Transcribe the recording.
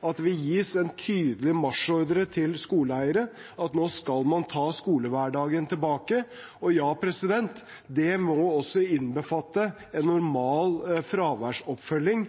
at det vil gis en tydelig marsjordre til skoleeiere om at nå skal man ta skolehverdagen tilbake. Og ja, det må også innbefatte en normal fraværsoppfølging,